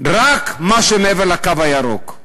רק מה שמעבר לקו הירוק.